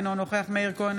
אינו נוכח מאיר כהן,